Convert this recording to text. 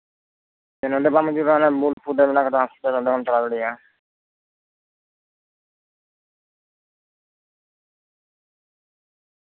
ᱱᱚᱸᱰᱮ ᱠᱷᱚᱱ ᱵᱟᱢ ᱤᱫᱤᱭ ᱠᱷᱟᱱ ᱵᱳᱞᱯᱩᱨ ᱨᱮ ᱢᱮᱱᱟᱜ ᱟᱠᱟᱫᱟ ᱦᱟᱥᱯᱟᱴᱟᱞ ᱚᱸᱰᱮ ᱦᱚᱸᱢ ᱪᱟᱞᱟᱣ ᱫᱟᱲᱮᱭᱟᱜᱼᱟ